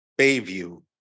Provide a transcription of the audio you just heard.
Bayview